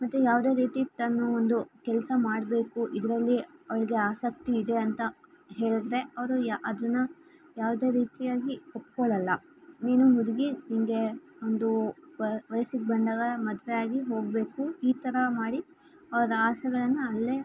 ಮತ್ತು ಯಾವುದೇ ರೀತಿ ತನ್ನ ಒಂದು ಕೆಲಸ ಮಾಡಬೇಕು ಇದರಲ್ಲಿ ಅವ್ಳಿಗೆ ಆಸಕ್ತಿ ಇದೆ ಅಂತ ಹೇಳಿದ್ರೆ ಅವರು ಯಾ ಅದನ್ನ ಯಾವುದೇ ರೀತಿಯಾಗಿ ಒಪ್ಕೊಳಲ್ಲ ನೀನು ಹುಡುಗಿ ನಿನಗೆ ಒಂದು ವಯಸ್ಸಿಗೆ ಬಂದಾಗ ಮದುವೆ ಆಗಿ ಹೋಗಬೇಕು ಈ ಥರ ಮಾಡಿ ಅವರ ಆಸೆಗಳನ್ನು ಅಲ್ಲೇ